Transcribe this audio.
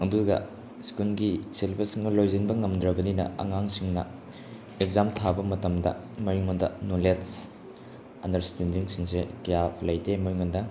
ꯑꯗꯨꯒ ꯁ꯭ꯀꯨꯜꯒꯤ ꯁꯦꯂꯦꯕꯁ ꯂꯣꯏꯁꯤꯟꯕ ꯉꯝꯗ꯭ꯔꯕꯅꯤꯅ ꯑꯉꯥꯡꯁꯤꯡꯅ ꯑꯦꯛꯖꯥꯝ ꯊꯥꯕ ꯃꯇꯝꯗ ꯃꯉꯣꯟꯗ ꯅꯣꯂꯦꯖ ꯑꯟꯗ꯭ꯔꯁꯇꯦꯟꯗꯤꯡꯁꯤꯡꯁꯦ ꯀꯌꯥ ꯂꯩꯇꯦ ꯃꯉꯣꯟꯗ